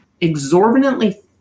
exorbitantly